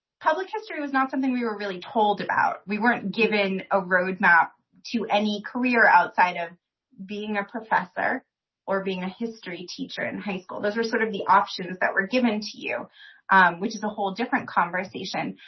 public history was not something we were really told about. we weren't given a road map to any career outside of being a professor or being a history teacher in high school. those were sort of the options that were given to you which is a whole different conversation.